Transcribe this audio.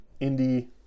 indie